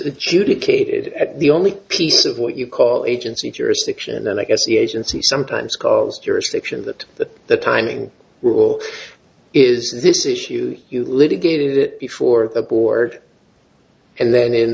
at the only piece of what you call agency jurisdiction then i guess the agency sometimes calls jurisdiction that the timing rule is this issue you litigated it before the board and then in